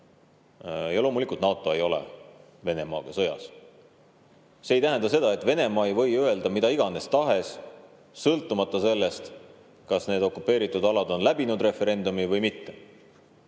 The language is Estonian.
Loomulikult, NATO ei ole Venemaaga sõjas. See ei tähenda seda, et Venemaa ei või öelda mida tahes, sõltumata sellest, kas nendel okupeeritud aladel on tehtud referendum või mitte.